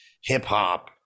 hip-hop